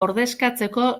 ordezkatzeko